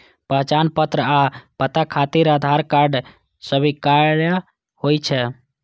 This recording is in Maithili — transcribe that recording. पहचान पत्र आ पता खातिर आधार कार्ड स्वीकार्य होइ छै